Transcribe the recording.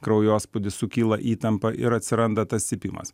kraujospūdis sukyla įtampa ir atsiranda tas cypimas